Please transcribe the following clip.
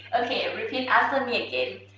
okay, repeat after me again.